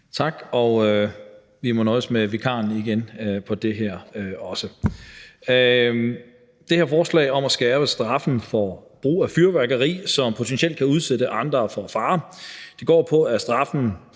forslag nøjes med vikaren. Det her forslag om at skærpe straffen for brug af fyrværkeri, som potentielt kan udsætte andre for fare, går på, at straffen